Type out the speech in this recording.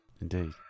Indeed